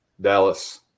Dallas